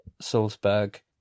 Salzburg